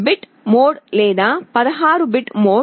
bit mode లేదా 16 bit mode